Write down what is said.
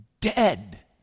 Dead